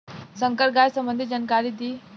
संकर गाय संबंधी जानकारी दी?